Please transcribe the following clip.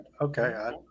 Okay